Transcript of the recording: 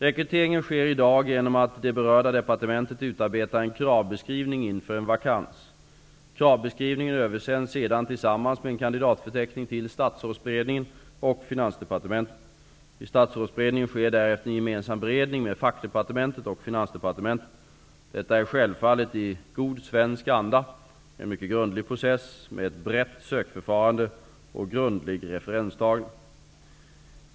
Rekryteringen sker i dag genom att det berörda departementet utarbetar en kravbeskrivning inför en vakans. Kravbeskrivningen översänds sedan tillsammans med en kandidatförteckning till Statsrådsberedningen sker därefter en gemensam beredning med fackdepartementen och Finansdepartementet. Detta är självfallet, i god svensk anda, en mycket grundlig process med ett brett sökförfarande och grundlig referenstagning.